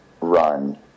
run